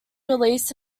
released